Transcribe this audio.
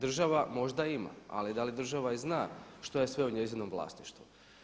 Država možda ima ali da li država i zna što je sve u njezinom vlasništvu.